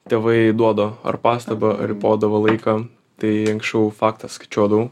tėvai duoda ar pastabą ar ribodavo laiką tai anksčiau faktą skaičiuodavau